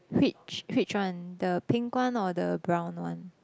which which one the pink one or the brown one